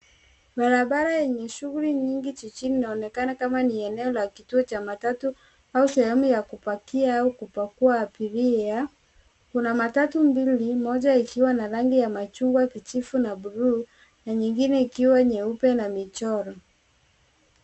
Barabara yenye shughuli nyingi jijini inaonekana kama ni eneo la kituo cha matatu au sehemu ya kupakia au kupakua abiria. Kuna matatu mbili, moja ikiwa na rangi ya machungwa kijivu na bluu na nyingine ikiwa nyeupe na michoro.